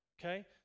Okay